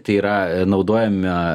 tai yra naudojame